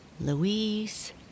Louise